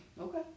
Okay